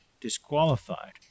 disqualified